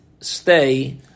stay